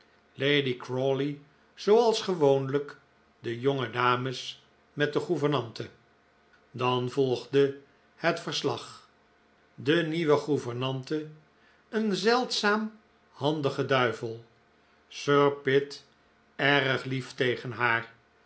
lady crawley zooals gewoonlijk de jonge dames met de gouvernante dan volgde het verslag de nieuwe gouvernante een zeldzaam handige duivel sir pitt erg lief tegen haar